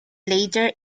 later